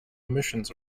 emissions